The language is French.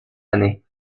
années